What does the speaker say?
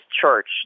church